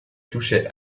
touchait